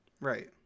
right